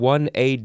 1a